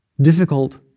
Difficult